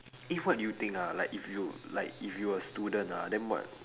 eh what do you think ah like if you like if you are a student ah then what